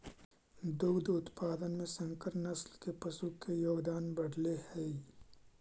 दुग्ध उत्पादन में संकर नस्ल के पशु के योगदान बढ़ले हइ